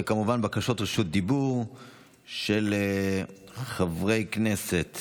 וכמובן בקשות רשות דיבור של חברי כנסת